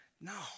No